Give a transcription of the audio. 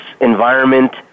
environment